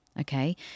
okay